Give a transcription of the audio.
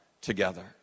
together